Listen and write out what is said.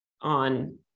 on